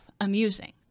amusing